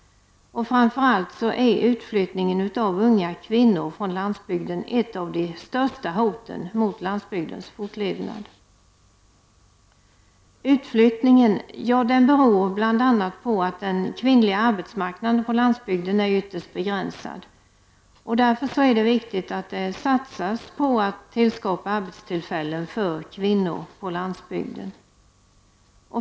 Framför allt är utflyttningen av unga kvinnor från landsbygden ett av de största hoten mot landsbygdens fortlevnad. Utflyttningen beror bl.a. på att den kvinnliga arbetsmarknaden på landsbygden är ytterst begränsad. Därför är det viktigt att det satsas på att skapa arbetstillfällen för kvinnor på landsbygden.